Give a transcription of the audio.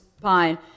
fine